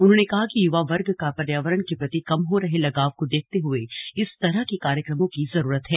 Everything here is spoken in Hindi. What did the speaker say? उन्होंने कहा कि युवा वर्ग का पर्यावरण के प्रति कम हो रहे लगाव को देखते हुए इस तरह के कार्यक्रमों की जरूरत है